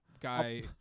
guy